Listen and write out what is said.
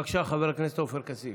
בבקשה, חבר הכנסת עופר כסיף.